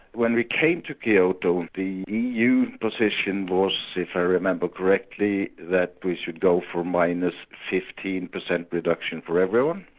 when we came to kyoto the eu position was, if i remember correctly, that we should go for minus fifteen percent reduction for everyone,